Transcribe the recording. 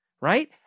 Right